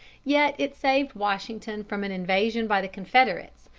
yet it saved washington from an invasion by the confederates,